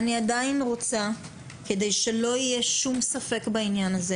אני עדיין רוצה כדי שלא יהיה שום ספק בעניין,